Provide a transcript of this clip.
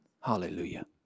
Hallelujah